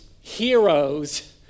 heroes